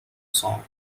song